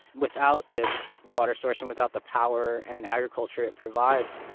without this water source and without the power and agriculture it provides,